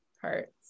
parts